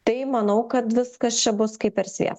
tai manau kad viskas čia bus kaip per sviestą